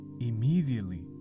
immediately